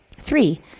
Three